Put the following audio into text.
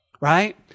right